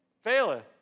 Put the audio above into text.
faileth